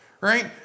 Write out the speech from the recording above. right